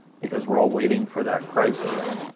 because we're all waiting for that crisis.